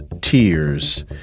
tears